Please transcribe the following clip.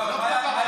לא, המריצות.